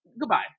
Goodbye